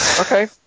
Okay